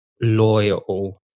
loyal